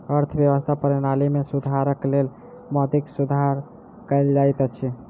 अर्थव्यवस्था प्रणाली में सुधारक लेल मौद्रिक सुधार कयल जाइत अछि